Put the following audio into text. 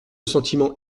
sentiment